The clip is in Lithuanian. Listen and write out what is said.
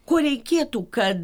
ko reikėtų kad